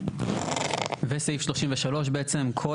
וסעיף 33 בעצם כל